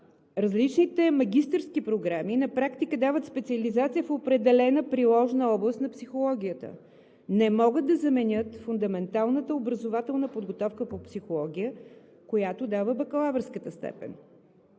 различните магистърски програми на практика дават специализация в определена приложна област на психологията. Не могат да заменят фундаменталната образователна подготовка по психология, която дава бакалавърската степен.